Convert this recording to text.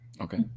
Okay